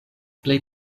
plej